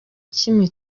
kimwe